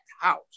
house